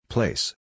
Place